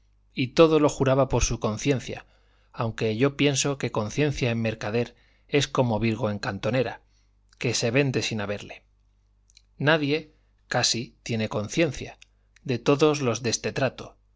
y todo lo juraba por su conciencia aunque yo pienso que conciencia en mercader es como virgo en cantonera que se vende sin haberle nadie casi tiene conciencia de todos los de este trato